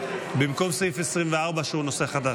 במקום על סעיף 24, שהוא נושא חדש.